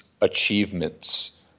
achievements